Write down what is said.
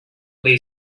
lay